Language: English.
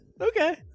Okay